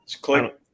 click